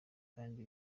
kandi